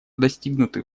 достигнутые